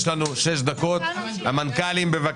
יש לנו שש דקות לדבר עם המנכ"לים.